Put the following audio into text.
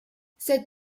cette